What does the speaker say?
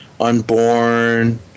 Unborn